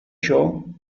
shaw